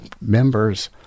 members